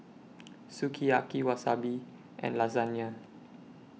Sukiyaki Wasabi and Lasagna